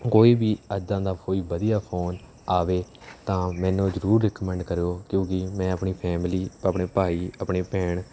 ਕੋਈ ਵੀ ਇੱਦਾਂ ਦਾ ਕੋਈ ਵਧੀਆ ਫੋਨ ਆਵੇ ਤਾਂ ਮੈਨੂੰ ਜ਼ਰੂਰ ਰੀਕਮੈਂਡ ਕਰਿਓ ਕਿਉਂਕਿ ਮੈਂ ਆਪਣੀ ਫੈਮਿਲੀ ਆਪਣੇ ਭਾਈ ਆਪਣੇ ਭੈਣ